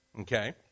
Okay